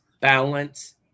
balance